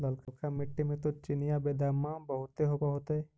ललका मिट्टी मे तो चिनिआबेदमां बहुते होब होतय?